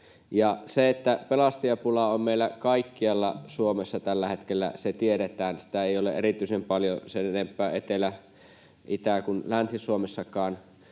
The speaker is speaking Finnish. että pelastajapula on meillä kaikkialla Suomessa tällä hetkellä. Kun sitä ei ole erityisen paljon sen enempää Etelä-, Itä- kuin Länsi-Suomessakaan,